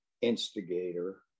instigator